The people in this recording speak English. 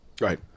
Right